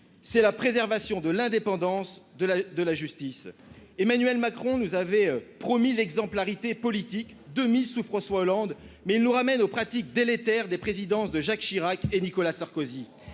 c'est la préservation de l'indépendance de la de la justice Emmanuel Macron nous avait promis l'exemplarité politique de mise sous François Hollande mais ils nous ramènent aux pratiques délétères des présidences de Jacques Chirac et Nicolas Sarkozy,